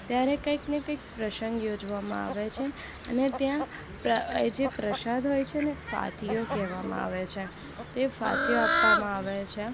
ત્યારે કંઈક ને કંઈક પ્રસંગ યોજવામાં આવે છે અને ત્યાં પ્ર એ જે પ્રસાદ હોય છે ને ફાતિયો કહેવામાં આવે છે ફાતિયો આપવામાં આવે છે